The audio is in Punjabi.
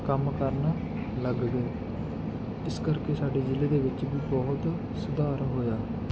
ਕੰਮ ਕਰਨਾ ਲੱਗ ਗਏ ਇਸ ਕਰਕੇ ਸਾਡੇ ਜ਼ਿਲ੍ਹੇ ਦੇ ਵਿੱਚ ਵੀ ਬਹੁਤ ਸੁਧਾਰ ਹੋਇਆ